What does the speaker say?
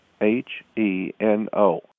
H-E-N-O